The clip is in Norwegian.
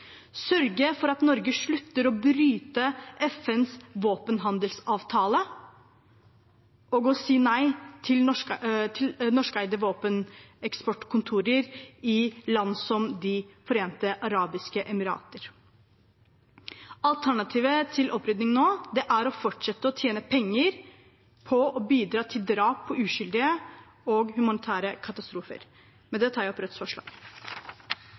sørge for at Norge slutter å bryte FNs våpenhandelsavtale, og si nei til norskeide våpeneksportkontorer i land som De forente arabiske emirater. Alternativet til opprydning nå er å fortsette å tjene penger på å bidra til humanitære katastrofer og drap på uskyldige. Med det tar jeg opp Rødts forslag.